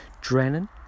Drennan